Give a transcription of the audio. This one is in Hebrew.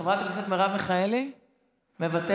חברת הכנסת מרב מיכאלי, מוותרת?